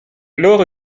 loro